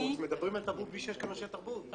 מדברים על תרבות בלי שיש כאן אנשי תרבות.